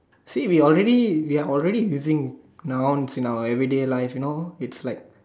see we already we are already using nouns in our everyday you know it's like